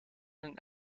een